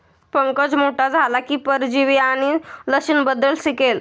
पंकज मोठा झाला की परजीवी आणि लसींबद्दल शिकेल